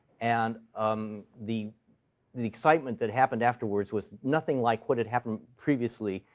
and um the the excitement that happened afterwards was nothing like what had happened previously,